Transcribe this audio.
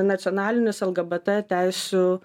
nacionalinius lgbt teisių